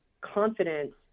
confidence